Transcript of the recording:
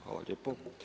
Hvala lijepo.